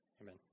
Amen